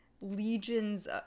legions